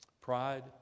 Pride